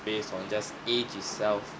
based on just age itself